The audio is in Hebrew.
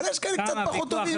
אבל יש כאלה קצת פחות טובים.